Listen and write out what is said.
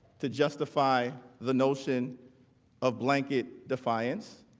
to justify the notion of blanket defiance.